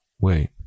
Wait